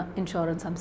insurance